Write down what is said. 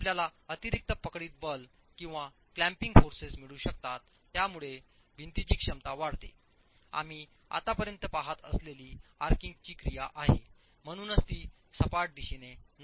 आपल्याला अतिरिक्त पकडीत बल किंवा क्लॅम्पिंग फोर्सेस मिळू शकतात ज्यामुळे भिंतीची क्षमता वाढतेआम्ही आतापर्यंत पहात असलेली आर्कींगची क्रिया आहे म्हणूनच ती सपाट दिशेने नाही